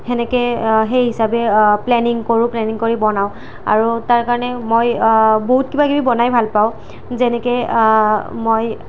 সেনেকে সেই হিচাবে প্লেনিং কৰোঁ প্লেনিং কৰি বনাওঁ আৰু তাৰ কাৰণে মই বহুত কিবা কিবি বনাই ভাল পাওঁ যেনেকে মই